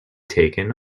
taken